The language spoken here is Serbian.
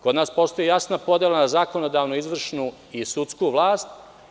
Kod nas postoji jasna podela na zakonodavnu, izvršnu i sudsku vlast.